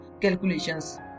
calculations